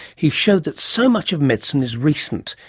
he showed that so much of medicine is recent,